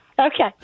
Okay